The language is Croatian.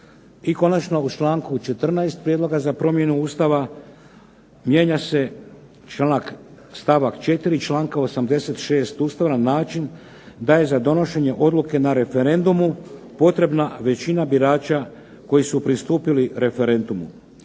I konačno, u članku 14. Prijedloga za promjenu Ustavu mijenja se stavak 4. članka 86. Ustava na način da je za donošenje odluke na referendumu potrebna većina birača koji su pristupili referendumu.